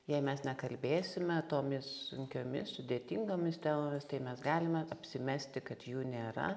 jei mes nekalbėsime tomis sunkiomis sudėtingomis temomis tai mes galime apsimesti kad jų nėra